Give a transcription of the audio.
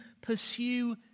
pursue